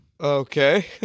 Okay